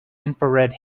infrared